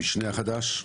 המשנה החדש.